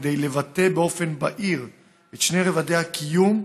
כדי לבטא באופן בהיר את שני רובדי הקיום,